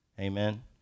amen